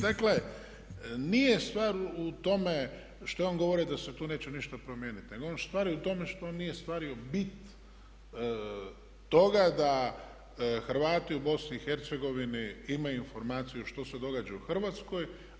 Dakle, nije stvar u tome što je on govorio da se tu neće ništa promijeniti nego stvar je u tome što on nije shvatio bit toga da Hrvati u BiH imaju informaciju što se događa u Hrvatskoj.